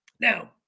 Now